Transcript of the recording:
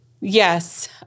Yes